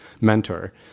mentor